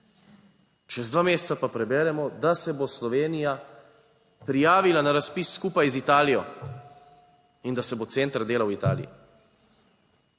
Čez dva meseca pa preberemo, da se bo Slovenija prijavila na razpis skupaj z Italijo in da se bo center delal v Italiji.